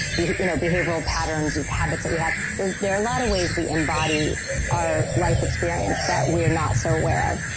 you know behavioral patterns, these habits that we have. there there are a lot of ways we embody our life experience that we're not so aware of.